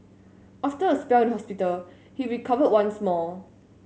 after a spell in hospital he recovered once more